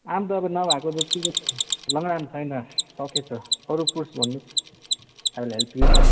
आँप त अब नभएको जत्तिकै छ नि लङ्गडा आँप छैन सकिएछ अरू फ्रुट्स भन्नुहोस् आई विल हेल्प यु